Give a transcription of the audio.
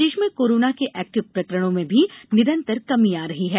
प्रदेष में कोरोना के एक्टिव प्रकरणों में भी निरंतर कमी आ रही है